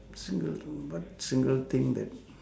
single thing what single thing that